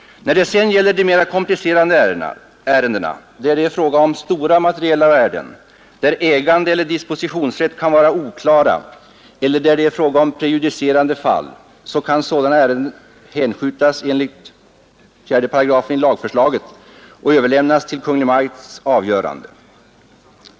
När det sedan gäller de mera komplicerade ärendena, där det är fråga om stora materiella värden, där ägandeeller dispositionsrätt kan vara oklar eller där det är fråga om prejudicerande fall, kan sådana ärenden enligt 4 § i lagförslaget överlämnas till Kungl. Maj:ts avgörande.